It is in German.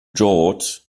george’s